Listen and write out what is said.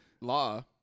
law